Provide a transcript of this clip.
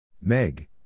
Meg